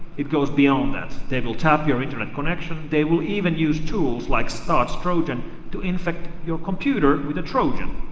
it goes beyond that. they will tap your internet connection. they will even use tools like so state trojan to infect your computer with a trojan,